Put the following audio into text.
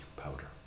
powder